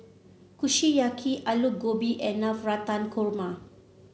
Kushiyaki Alu Gobi and Navratan Korma